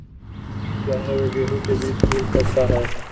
क्या हमे गेंहू के बीज मिलता सकता है?